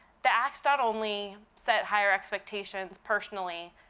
the act's not only set higher expectations personally,